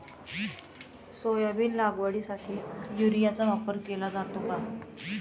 Soybean लागवडीसाठी युरियाचा वापर केला जातो का?